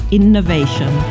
innovation